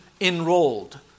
enrolled